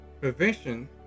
prevention